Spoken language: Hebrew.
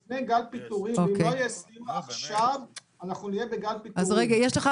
אם לא יהיה הסדר עכשיו גל הפיטורים יצא לדרכו.